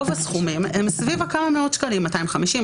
רוב הסכומים הם סביב הכמה מאות שקלים 250,